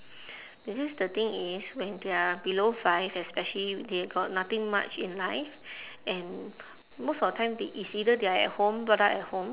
because the thing is when they are below five especially they got nothing much in life and most of the time they it's either they are at home brought up at home